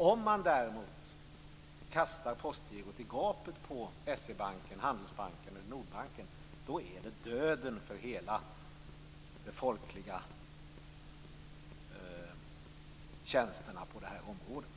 Om man däremot kastar Postgirot i gapet på SE-banken, Handelsbanken eller Nordbanken innebär det döden för de folkliga tjänsterna på det här området.